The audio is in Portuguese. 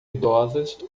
idosas